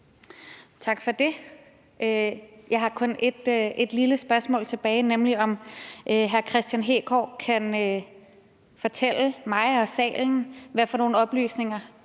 Tak for det. Jeg har kun ét lille spørgsmål tilbage, nemlig om hr. Kristian Hegaard kan fortælle mig og salen, hvad for nogle oplysninger